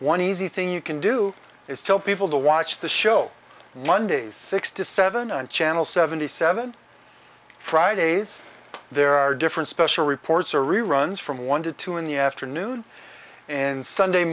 one easy thing you can do is tell people to watch the show mondays six to seven and channel seventy seven fridays there are different special reports or reruns from one to two in the afternoon and sunday